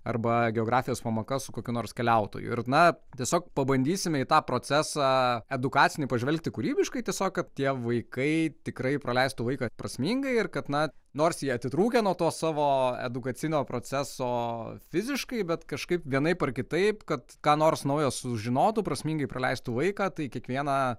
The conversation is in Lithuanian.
arba geografijos pamoka su kokiu nors keliautoju ir na tiesiog pabandysime į tą procesą edukacinį pažvelgti kūrybiškai tiesiog kad tie vaikai tikrai praleistų laiką prasmingai ir kad na nors jie atitrūkę nuo to savo edukacinio proceso fiziškai bet kažkaip vienaip ar kitaip kad ką nors naujo sužinotų prasmingai praleistų laiką tai kiekvieną